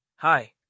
Hi